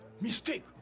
mistake